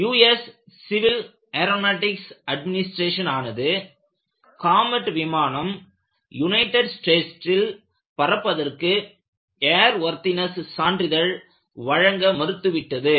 US Civil Aeronautics Administration ஆனது Comet விமானம் United ஸ்டேட்ஸில் பறப்பதற்கு ஏர் வொர்த்தினஸ் சான்றிதழ் வழங்க மறுத்துவிட்டது